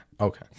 Okay